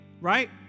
right